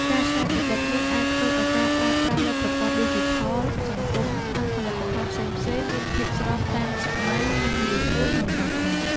ការច្នៃប្រឌិតនេះអាចធ្វើឲ្យការប្រើប្រាស់លើប្រព័ន្ធឌីជីថល សង្គម និងផលិតផលផ្សេងៗ មានភាពស្របតាមសម័យ និងងាយស្រួលក្នុងការអាន។